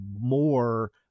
more